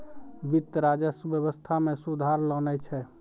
वित्त, राजस्व व्यवस्था मे सुधार लानै छै